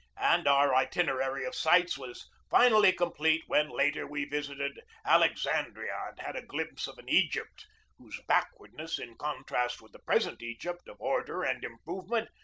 and our itinerary of sights was finally complete when, later, we visited alexandria and had a glimpse of an egypt whose backwardness, in contrast with the present egypt of order and im provement,